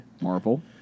Marvel